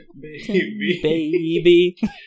baby